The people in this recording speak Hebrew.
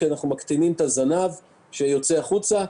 כי אנחנו מקטינים את הזנב שיוצא החוצה,